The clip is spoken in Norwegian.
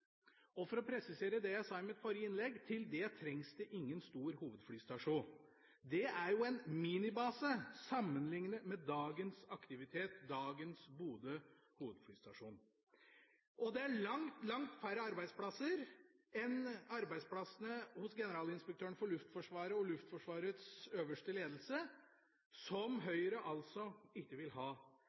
det. For å presisere det jeg sa i mitt forrige innlegg: Til det trengs det ingen stor hovedflystasjon. Den framskutte basen blir jo en minibase, ut fra dagens aktivitet, og der er langt færre arbeidsplasser enn hos Generalinspektøren for Luftforsvaret og Luftforsvarets øverste ledelse, som Høyre altså ikke vil ha